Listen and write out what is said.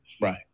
Right